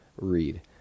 read